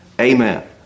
Amen